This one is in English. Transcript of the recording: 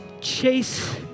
chase